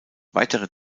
weitere